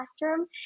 classroom